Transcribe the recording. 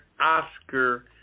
Oscar